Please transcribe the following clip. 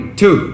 two